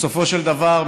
בסופו של דבר,